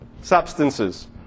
substances